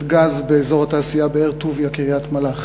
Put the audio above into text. גז באזור התעשייה באר-טוביה קריית-מלאכי.